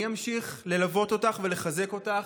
אני אמשיך ללוות אותך ולחזק אותך.